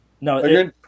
No